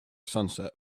sunset